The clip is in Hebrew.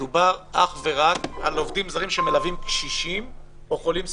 דובר אך ורק על עובדים זרים שמלווים קשישים או חולים סיעודיים.